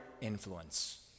influence